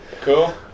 Cool